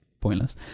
pointless